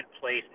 place